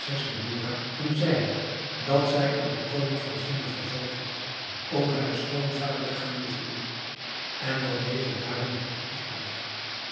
badoura hem zeide dat zij aan den koning van china verzocht had om haren schoonvader te gaan bezoeken en dat deze daarin had